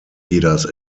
leaders